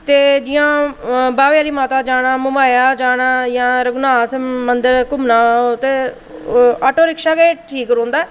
ते जि'यां बाह्वे आह्ली माता जाना महामाया जाना जां रघुनाथ मंदर घुम्मना ते ऑटो रिक्शा गै ठीक रौंह्दा ऐ